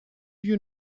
you